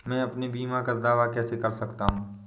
मैं अपने बीमा का दावा कैसे कर सकता हूँ?